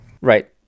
Right